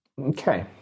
Okay